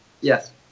yes